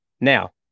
Now